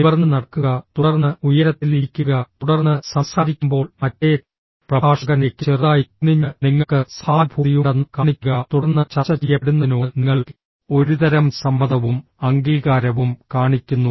നിവർന്ന് നടക്കുക തുടർന്ന് ഉയരത്തിൽ ഇരിക്കുക തുടർന്ന് സംസാരിക്കുമ്പോൾ മറ്റേ പ്രഭാഷകനിലേക്ക് ചെറുതായി കുനിഞ്ഞ് നിങ്ങൾക്ക് സഹാനുഭൂതിയുണ്ടെന്ന് കാണിക്കുക തുടർന്ന് ചർച്ച ചെയ്യപ്പെടുന്നതിനോട് നിങ്ങൾ ഒരുതരം സമ്മതവും അംഗീകാരവും കാണിക്കുന്നു